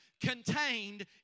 contained